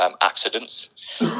accidents